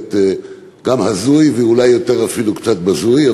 באמת גם הזוי, ואולי יותר, אפילו קצת בזוי.